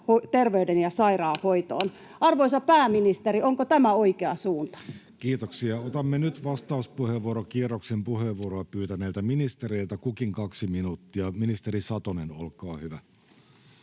terveyden- ja sairaanhoitoon. Arvoisa pääministeri, onko tämä oikea suunta? Kiitoksia. — Otamme nyt vastauspuheenvuorokierroksen puheenvuoroa pyytäneiltä ministereiltä, kukin kaksi minuuttia. — Ministeri Satonen, olkaa hyvä.